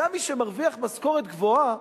גם מי שמרוויח משכורת גבוהה